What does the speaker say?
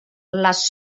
les